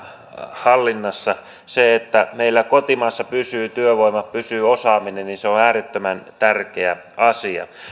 hallinnassa se että meillä kotimaassa pysyy työvoima pysyy osaaminen on äärettömän tärkeä asia